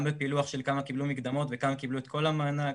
גם בפילוח של כמה קיבלו מקדמות וכמה קיבלו את כל המענק,